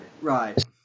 Right